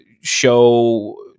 show